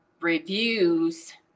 reviews